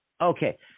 Okay